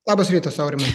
labas rytas aurimai